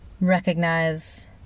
recognize